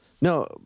No